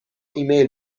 ایمیل